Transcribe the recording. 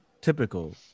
typical